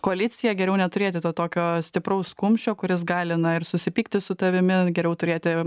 koalicija geriau neturėti to tokio stipraus kumščio kuris gali ir susipykti su tavimi geriau turėti